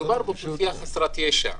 מדובר באוכלוסייה חסרת ישע,